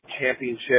championship